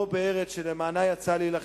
פה, בארץ שלמענה יצא להילחם.